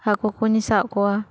ᱦᱟᱠᱳ ᱠᱚᱧ ᱥᱟᱵ ᱠᱚᱣᱟ